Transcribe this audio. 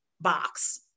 box